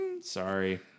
Sorry